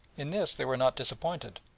in this they were not disappointed,